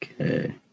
Okay